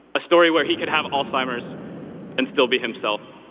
a story where he could have alzheimer's and still be himself.